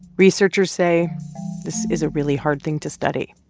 researchers say this is a really hard thing to study.